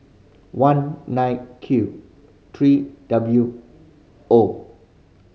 one nine Q three W O